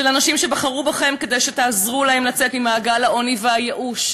אנשים שבחרו בכם כדי שתעזרו להם לצאת ממעגל העוני והייאוש.